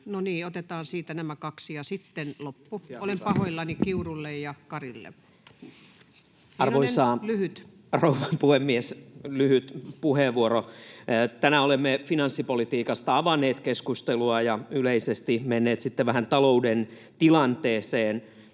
otetaan siitä nämä kaksi, ja sitten loppuu. Olen pahoillani Kiurulle ja Karille. — Lyhyesti. Arvoisa rouva puhemies! Lyhyt puheenvuoro. — Tänään olemme finanssipolitiikasta avanneet keskustelua ja yleisesti menneet sitten vähän talouden tilanteeseen.